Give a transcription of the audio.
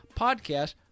podcast